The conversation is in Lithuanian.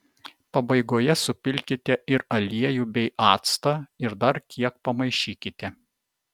pabaigoje supilkite ir aliejų bei actą ir dar kiek pamaišykite